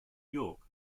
york